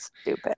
stupid